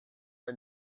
are